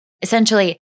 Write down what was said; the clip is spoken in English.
Essentially